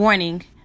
Warning